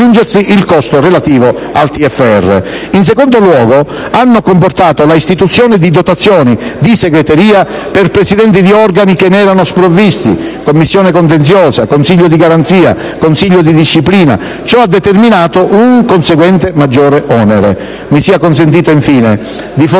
In secondo luogo, le modifiche hanno comportato l'istituzione di dotazioni di segreteria per Presidenti di organi che ne erano sprovvisti: Commissione contenziosa, Consiglio di garanzia, Consiglio di disciplina. Ciò ha determinato un conseguente maggiore onere. Mi sia consentito infine di fornire